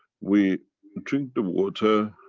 we drink the water,